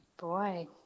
Boy